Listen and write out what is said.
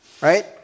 Right